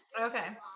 Okay